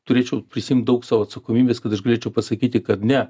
turėčiau prisiimt daug sau atsakomybės kad aš galėčiau pasakyti kad ne